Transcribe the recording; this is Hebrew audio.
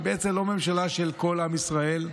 היא בעצם לא ממשלה של כל עם ישראל,